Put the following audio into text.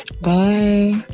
bye